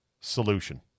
solution